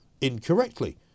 incorrectly